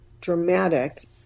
dramatic